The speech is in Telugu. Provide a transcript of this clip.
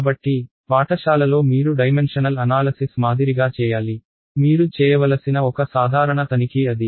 కాబట్టి పాఠశాలలో మీరు డైమెన్షనల్ అనాలసిస్ మాదిరిగా చేయాలి మీరు చేయవలసిన ఒక సాధారణ తనిఖీ అది